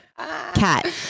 cat